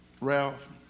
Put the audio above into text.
Ralph